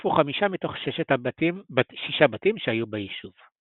נשרפו 5 מתוך 6 בתים שהיו ביישוב .